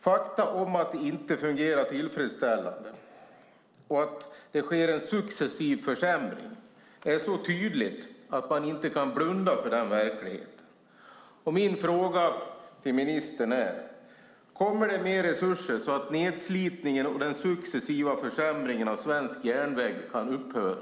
Fakta om att det inte fungerar tillfredsställande och att det sker en successiv försämring är så tydliga att man inte kan blunda för den verkligheten. Min fråga till ministern är: Kommer det mer resurser, så att nedslitningen och den successiva försämringen av svensk järnväg kan upphöra?